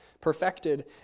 perfected